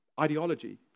ideology